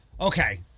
okay